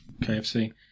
KFC